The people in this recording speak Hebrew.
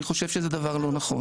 אני חושב שזה דבר לא נכון.